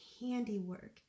handiwork